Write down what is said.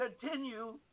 continue